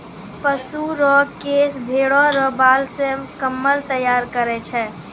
पशु रो केश भेड़ा रो बाल से कम्मल तैयार करै छै